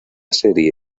serie